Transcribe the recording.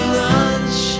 lunch